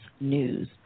news